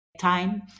time